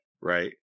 Right